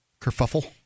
Kerfuffle